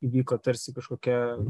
įvyko tarsi kažkokia